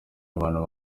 abantu